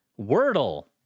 Wordle